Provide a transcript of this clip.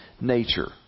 nature